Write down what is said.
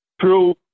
true